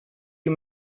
you